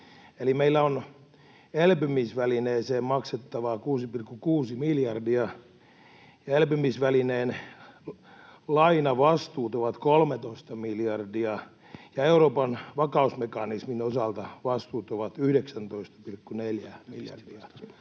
Eli meillä on elpymisvälineeseen maksettavaa 6,6 miljardia, elpymisvälineen lainavastuut ovat 13 miljardia ja Euroopan vakausmekanismin osalta vastuut ovat 19,4 miljardia.